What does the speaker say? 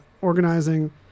organizing